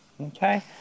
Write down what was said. Okay